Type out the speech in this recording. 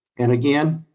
and again,